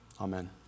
Amen